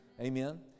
Amen